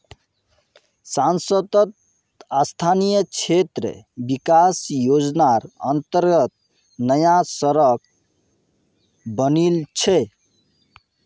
सांसद स्थानीय क्षेत्र विकास योजनार अंतर्गत नया सड़क बनील छै